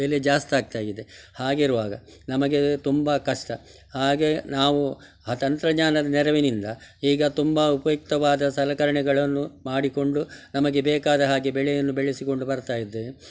ಬೆಲೆ ಜಾಸ್ತಿ ಆಗ್ತಾಯಿದೆ ಹಾಗಿರುವಾಗ ನಮಗೆ ತುಂಬ ಕಷ್ಟ ಹಾಗೆ ನಾವು ಆ ತಂತ್ರಜ್ಞಾನದ ನೆರವಿನಿಂದ ಈಗ ತುಂಬ ಉಪಯುಕ್ತವಾದ ಸಲಕರಣೆಗಳನ್ನು ಮಾಡಿಕೊಂಡು ನಮಗೆ ಬೇಕಾದ ಹಾಗೆ ಬೆಳೆಯನ್ನು ಬೆಳೆಸಿಕೊಂಡು ಬರ್ತಾಯಿದ್ದೇವೆ